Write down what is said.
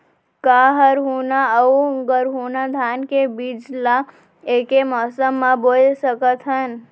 का हरहुना अऊ गरहुना धान के बीज ला ऐके मौसम मा बोए सकथन?